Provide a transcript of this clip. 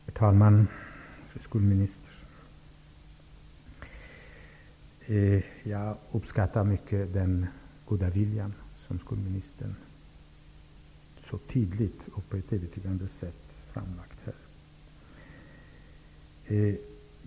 Herr talman! Fru skolminister, jag uppskattar mycket den goda vilja som skolministern så tydligt och på ett övertygande sätt uttryckt här.